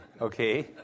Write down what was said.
okay